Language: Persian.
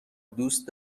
دوست